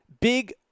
Big